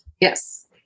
Yes